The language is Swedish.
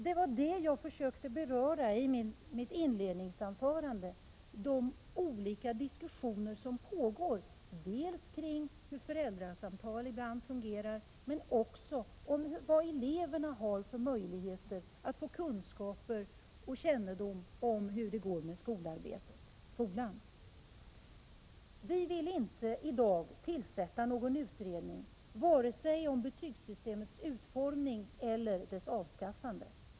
Det var detta jag försökte beröra i mitt inledningsanförande: de olika diskussioner som pågår dels kring hur föräldrasamtal ibland fungerar, dels om vilka möjligheter som eleverna har att få kännedom om hur det går med skolarbetet. Vi vill inte i dag tillsätta någon utredning, vare sig om betygssystemets utformning eller om dess avskaffande.